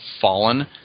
fallen